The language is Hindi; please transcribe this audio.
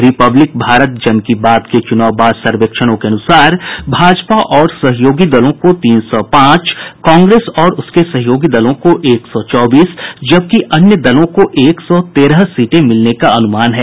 रिपब्लिक भारत जन की बात के चुनाव बाद सर्वेक्षणों के अनुसार भाजपा और सहयोगी दलों को तीन सौ पांच कांग्रेस और उसके सहयोगी दलों को एक चौबीस जबकि अन्य दलों को एक सौ तेरह सीटें मिलने का अनुमान है